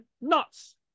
nuts